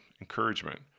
encouragement